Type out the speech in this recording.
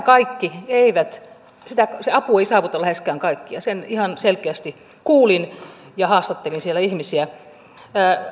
se apu ei saavuta läheskään kaikkia sen ihan selkeästi kuulin ja haastattelin siellä ihmisiä